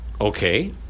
Okay